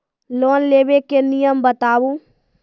Loan लेबे के नियम बताबू?